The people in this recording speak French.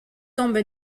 tombe